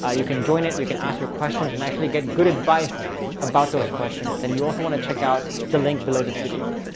ah you can join it, you can ask your questions and actually get good advice about those questions. then you also want to check out the link below this video.